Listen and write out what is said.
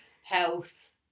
health